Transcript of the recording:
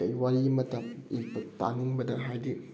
ꯀꯩ ꯋꯥꯔꯤ ꯑꯃ ꯇꯥꯅꯤꯡꯕꯗ ꯍꯥꯏꯗꯤ